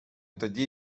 тоді